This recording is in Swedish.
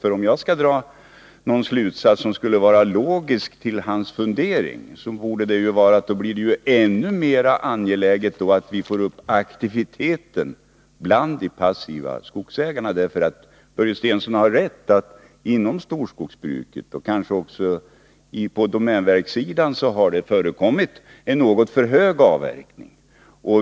Skall jag dra någon slutsats som kan vara logisk efter hans funderingar, borde det vara att det då blir ännu mer angeläget att öka aktiviteten bland de passiva skogsägarna. Börje Stensson har rätt i att det inom storskogsbruket och kanske även på domänverkssidan har förekommit en något för hög avverkning.